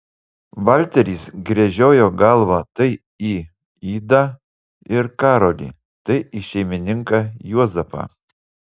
valteris gręžiojo galvą tai į idą ir karolį tai į šeimininką juozapą